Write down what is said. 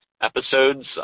episodes